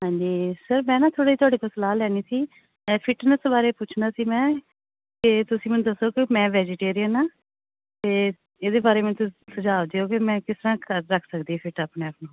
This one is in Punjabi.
ਹਾਂਜੀ ਸਰ ਮੈਂ ਨਾ ਥੋੜ੍ਹੀ ਤੁਹਾਡੇ ਤੋਂ ਸਲਾਹ ਲੈਣੀ ਸੀ ਫਿਟਨੈੱਸ ਬਾਰੇ ਪੁੱਛਣਾ ਸੀ ਮੈਂ ਕਿ ਤੁਸੀਂ ਮੈਨੂੰ ਦੱਸੋ ਕਿ ਮੈਂ ਵੈਜ਼ੀਟੇਰੀਅਨ ਹਾਂ ਅਤੇ ਇਹਦੇ ਬਾਰੇ ਮੈਨੂੰ ਤੁਸੀਂ ਸੁਝਾਅ ਦਿਓ ਕਿ ਮੈਂ ਕਿਸ ਤਰ੍ਹਾਂ ਕਰ ਰੱਖ ਸਕਦੀ ਹਾਂ ਫਿੱਟ ਆਪਣੇ ਆਪ ਨੂੰ